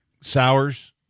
sours